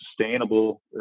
sustainable